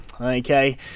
okay